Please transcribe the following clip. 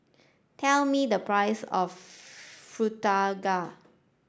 tell me the price of